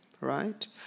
right